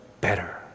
better